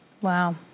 Wow